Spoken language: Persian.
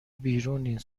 بیرونین